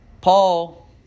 Paul